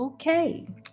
Okay